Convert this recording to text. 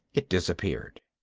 it disappeared.